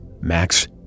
Max